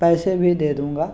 पैसे भी दे दूँगा